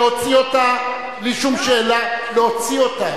להוציא אותה.